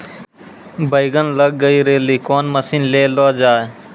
बैंगन लग गई रैली कौन मसीन ले लो जाए?